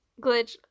Glitch